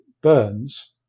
burns